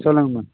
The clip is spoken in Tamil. சொல்லுங்கள்ம்மா